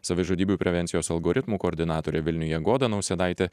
savižudybių prevencijos algoritmų koordinatorė vilniuje goda nausėdaitė